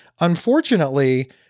unfortunately